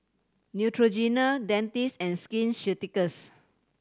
Neutrogena Dentiste and Skin Ceuticals